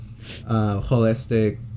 holistic